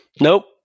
Nope